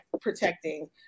protecting